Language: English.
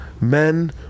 men